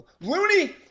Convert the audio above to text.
Looney